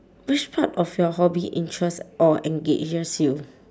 which part of your hobby interest or engages you